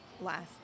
last